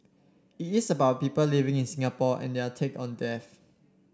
it is about people living in Singapore and their take on death